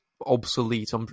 obsolete